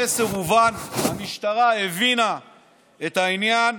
המסר הובן, המשטרה הבינה את העניין.